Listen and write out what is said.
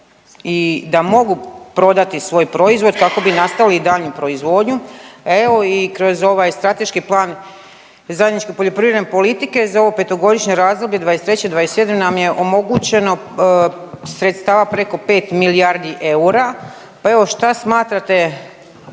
i da mogu prodati svoj proizvod kako bi nastavili i daljnju proizvodnju, a evo i kroz ovaj strateški plan zajedničke poljoprivredne politike za ovo petogodišnje razdoblje '23.-'27. nam je omogućeno sredstava preko 5 milijardi eura. Pa evo šta smatrate,